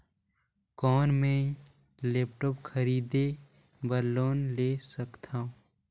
कौन मैं लेपटॉप खरीदे बर लोन ले सकथव?